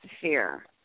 fear